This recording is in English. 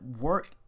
work